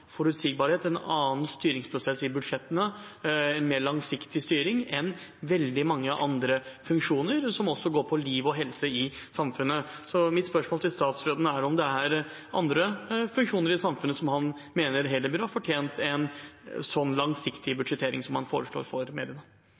forutsigbarhet og en annen styringsprosess i forbindelse med budsjettene – en mer langsiktig styring – enn veldig mange andre funksjoner i samfunnet, også funksjoner som handler om liv og helse. Mitt spørsmål til statsråden er: Er det andre funksjoner i samfunnet han mener heller har fortjent en slik langsiktig budsjettering som han foreslår for mediene?